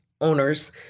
owners